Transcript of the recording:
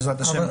בעזרת השם,